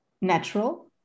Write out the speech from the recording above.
Natural